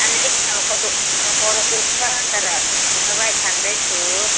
अलि अलि टाउको दुक टाउकोहरू दुख्छ तर दवाई खाँदैछु